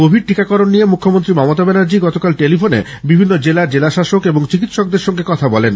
Covid টিকাকরণ নিয়ে মুখ্যমন্ত্রী মমতা ব্যানার্জি গতকাল টেলিফোনে বিভিন্ন জেলার জেলাশাসক এবং চিকিৎসকদের সঙ্গে কথা বলেন